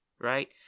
right